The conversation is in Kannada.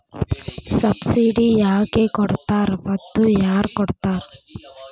ಸಬ್ಸಿಡಿ ಯಾಕೆ ಕೊಡ್ತಾರ ಮತ್ತು ಯಾರ್ ಕೊಡ್ತಾರ್?